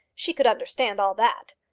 she could understand all that.